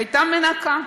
הייתה מנקה,